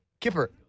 Kipper